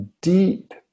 deep